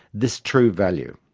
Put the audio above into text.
this true value.